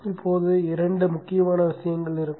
இப்போது இரண்டு முக்கியமான விஷயங்கள் இருக்கும்